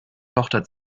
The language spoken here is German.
tochter